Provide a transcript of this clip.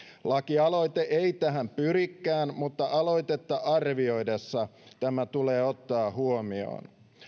lakialoite ei tähän pyrikään mutta aloitetta arvioitaessa tämä tulee ottaa huomioon